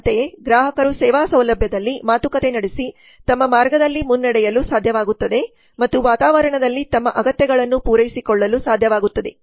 ಅಂತೆಯೇ ಗ್ರಾಹಕರು ಸೇವಾ ಸೌಲಭ್ಯದಲ್ಲಿ ಮಾತುಕತೆ ನಡೆಸಿ ತಮ್ಮ ಮಾರ್ಗದಲ್ಲಿ ಮುನ್ನಡೆಯಲು ಸಾಧ್ಯವಾಗುತ್ತದೆ ಮತ್ತು ವಾತಾವರಣದಲ್ಲಿ ತಮ್ಮ ಅಗತ್ಯಗಳನ್ನು ಪೂರೈಸಿಕೊಳ್ಳಲು ಸಾಧ್ಯವಾಗುತ್ತದೆ